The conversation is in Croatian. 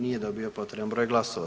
Nije dobio potreban broj glasova.